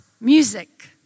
music